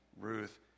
Ruth